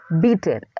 beaten